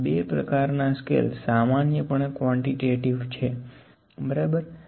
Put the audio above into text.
આ બે પ્રકારના સ્કેલ સામાન્યપણે ક્વોન્ટીટેટીવ છે બરાબર